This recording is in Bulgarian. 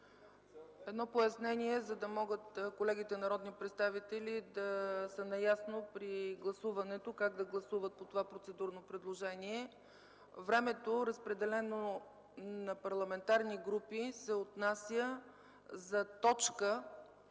Едно пояснение, за да могат колегите народни представители да са наясно при гласуването – как да гласуват по това процедурно предложение. Времето, разпределено на парламентарни групи, се отнася за точка